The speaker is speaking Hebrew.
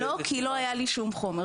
לא, כי לא היה לי שום חומר.